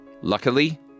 Luckily